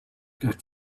get